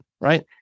right